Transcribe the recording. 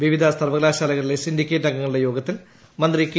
വിവിധ സർവ്വകലാശാലകളിലെ സിൻഡിക്കേറ്റ് അംഗങ്ങളുടെ യോഗത്തിൽ മന്ത്രി കെ